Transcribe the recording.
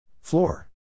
Floor